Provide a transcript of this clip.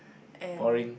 and